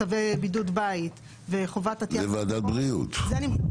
התשל"ז-1977 - בסעיף 6,